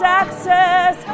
access